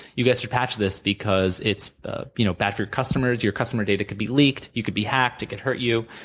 you guys should patch this, because it's ah you know bad for your customers. your customer data could be leaked. you could be hacked. it could hurt you.